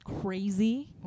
crazy